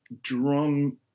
drum